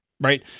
Right